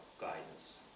guidance